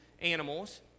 animals